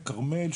כרמל,